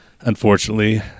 Unfortunately